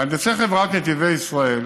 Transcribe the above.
מהנדסי חברת נתיבי ישראל,